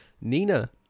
Nina